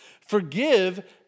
forgive